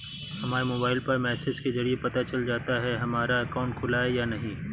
हमारे मोबाइल पर मैसेज के जरिये पता चल जाता है हमारा अकाउंट खुला है या नहीं